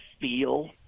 feel